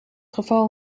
geval